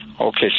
Okay